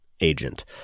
agent